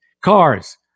cars